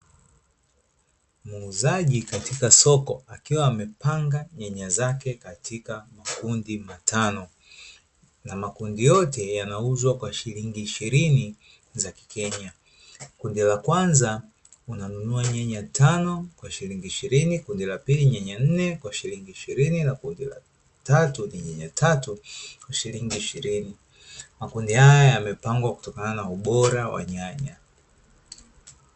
Muuzaji katika soko akiwa amepangan nyanya zake katika makundi matano na makundi yote yanauzwa kwa shilingi ishirini za kikenya, la kwanza Unanunua nyaya tano kwa shilingi ishirini, la pili nyaya nne Kwa shiling ishirini, na la tatu nyanya tatu kwa shilingi ishirini makundi yote yamepangwa kutokana na ubora wa nyanya.